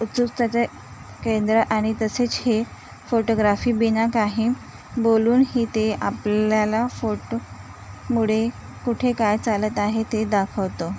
उत्सुफ्ताचे केंद्र आणि तसेच हे फोटोग्राफीबिना काही बोलूनही ते आपल्याला फोटोमुळे कुठे काय चालत आहे ते दाखवतो